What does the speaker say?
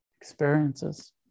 experiences